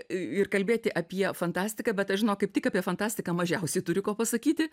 ir kalbėti apie fantastiką bet aš žinok kaip tik apie fantastiką mažiausiai turi ko pasakyti